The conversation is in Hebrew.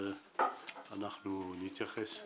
אנחנו נתייחס ברצינות,